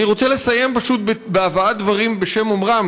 אני רוצה לסיים פשוט בהבאת דברים בשם אומרם,